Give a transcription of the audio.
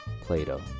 Plato